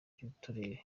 by’uturere